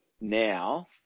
now